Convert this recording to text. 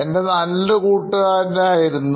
എൻറെ നല്ലൊരു കൂട്ടുകാരൻ ആയിരുന്നു